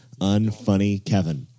unfunnykevin